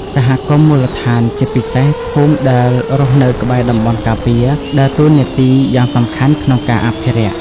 សហគមន៍មូលដ្ឋាន ជាពិសេសភូមិដែលរស់នៅក្បែរតំបន់ការពារ ដើរតួនាទីយ៉ាងសំខាន់ក្នុងការអភិរក្ស។